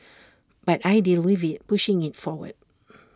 but I deal with IT pushing IT forward